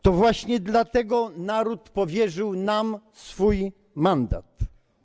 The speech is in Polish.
To właśnie dlatego naród powierzył nam swój mandat.